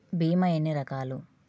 భీమ ఎన్ని రకాలు?